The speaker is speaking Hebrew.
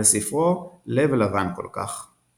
על ספרו "לב לבן כל כך".